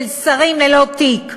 של שרים ללא תיק.